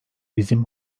bizim